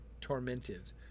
tormented